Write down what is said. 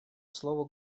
слово